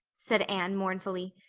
said anne mournfully,